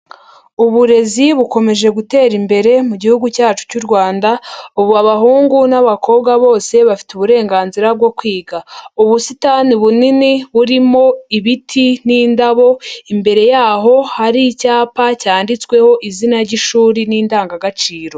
Uburezi bukomeje gutera imbere mu gihugu cyacu cy'u Rwanda, ubu abahungu n'abakobwa bose bafite uburenganzira bwo kwiga. Ubusitani bunini burimo ibiti n'indabo imbere yaho hari icyapa cyanditsweho izina ry'ishuri n'indangagaciro.